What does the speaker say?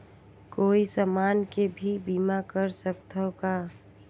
कोई समान के भी बीमा कर सकथव का?